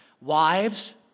Wives